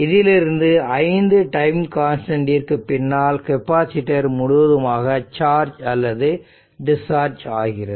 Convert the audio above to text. இதிலிருந்து 5 டைம் கான்ஸ்டன்ட்டிற்கு பின்னால் கெப்பாசிட்டர் முழுவதுமாக சார்ஜ் அல்லது டிஸ்சார்ஜ் ஆகிறது